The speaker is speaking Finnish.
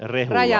rehn raja